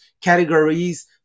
categories